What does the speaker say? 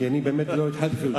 כי לא התחלתי אפילו לדבר.